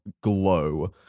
Glow